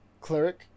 cleric